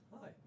Hi